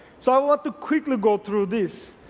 so i want to quickly go through this,